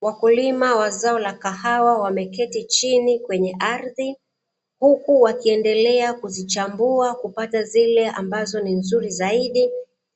Wakulima wa zao la kahawa wameketi chini kwenye ardhi huku wakiendelea kuzichambua kupata zile ambazo ni nzuri zaidi,